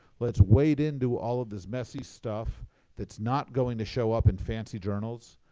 let's weight into all of this messy stuff that's not going to show up in fancy journals,